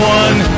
one